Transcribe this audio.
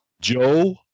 Joe